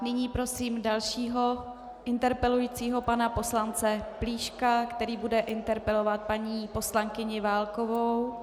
Nyní prosím dalšího interpelujícího, pana poslance Plíška, který bude interpelovat paní poslankyni Válkovou.